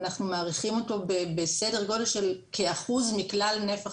אנחנו מעריכים אותו בסדר גודל של כאחוז מכלל נפח